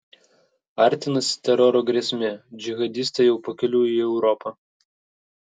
artinasi teroro grėsmė džihadistai jau pakeliui į europą